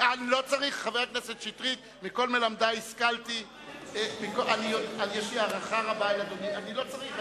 חבר הכנסת שטרית, לא צריך.